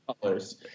colors